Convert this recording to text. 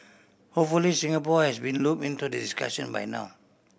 hopefully Singapore has been loop into the discussion by now